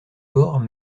bords